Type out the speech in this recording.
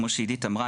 כמו שעידית אמרה,